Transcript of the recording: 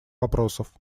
вопросов